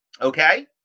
Okay